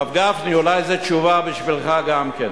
הרב גפני, אולי זה תשובה בשבילך גם כן.